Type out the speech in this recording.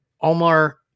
Omar